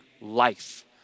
life